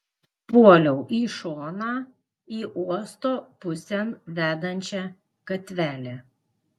puoliau į šoną į uosto pusėn vedančią gatvelę